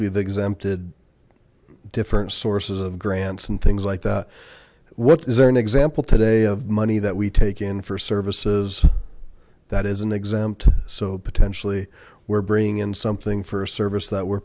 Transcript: have exempted different sources of grants and things like that what is there an example today of money that we take in for services that isn't exempt so potentially we're bringing in something for a service that we're